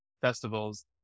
festivals